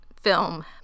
film